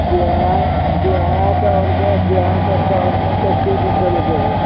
देहात देहात आओर तऽ देहात आओर शहरमे तऽ एके रेट चलै छै हौ